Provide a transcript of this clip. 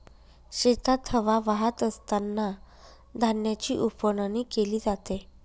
शेतात हवा वाहत असतांना धान्याची उफणणी केली जाते